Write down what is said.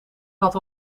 had